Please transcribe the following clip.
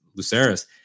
luceris